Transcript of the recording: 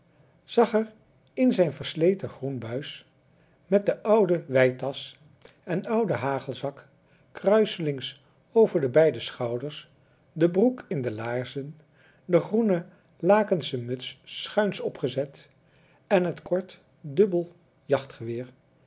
een zag er in zijn versleten groen buis met de oude weitasch en ouden hagelzak kruiselings over de beide schouders de broek in de laarzen de groene lakensche muts schuins opgezet en het kort dubbel